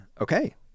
Okay